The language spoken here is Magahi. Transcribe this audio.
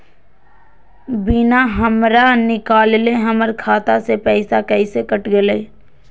बिना हमरा निकालले, हमर खाता से पैसा कैसे कट गेलई?